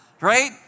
Right